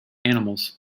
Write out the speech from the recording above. animals